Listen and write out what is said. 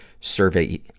survey